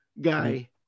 guy